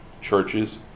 churches